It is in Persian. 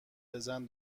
بزن